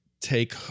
take